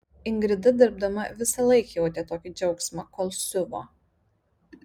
ingrida dirbdama visąlaik jautė tokį džiaugsmą kol siuvo